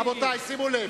רבותי, שימו לב.